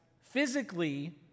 physically